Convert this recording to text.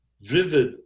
vivid